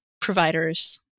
providers